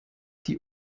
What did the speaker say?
die